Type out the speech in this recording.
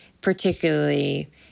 particularly